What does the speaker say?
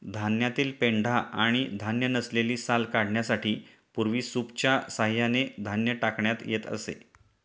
धान्यातील पेंढा आणि धान्य नसलेली साल काढण्यासाठी पूर्वी सूपच्या सहाय्याने धान्य टाकण्यात येत असे